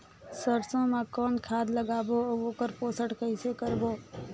सरसो मा कौन खाद लगाबो अउ ओकर पोषण कइसे करबो?